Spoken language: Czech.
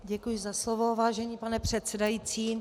Děkuji za slovo, vážený pane předsedající.